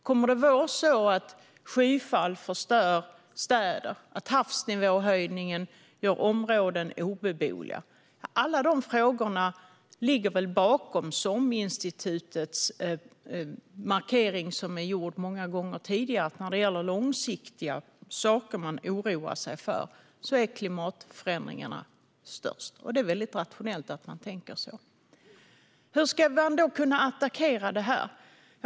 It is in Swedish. Kommer det att vara så att skyfall förstör städer och att havsnivåhöjningen gör områden obeboeliga? Alla de frågorna ligger väl bakom SOM-institutets markering som är gjord många gånger tidigare. När det gäller långsiktiga saker som människor oroar sig för är klimatförändringana störst. Det är väldigt rationellt att människor tänker så. Hur ska man då kunna attackera det?